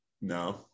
No